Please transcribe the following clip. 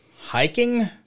hiking